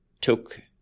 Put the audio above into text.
took